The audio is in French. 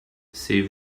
c’est